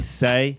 say